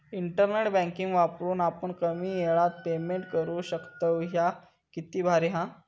internet banking वापरून आपण कमी येळात पेमेंट करू शकतव, ह्या किती भारी हां